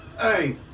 Hey